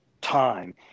time